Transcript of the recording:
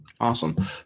Awesome